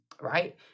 right